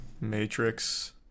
Matrix